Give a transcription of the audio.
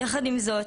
יחד עם זאת,